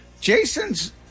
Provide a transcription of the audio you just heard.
jason's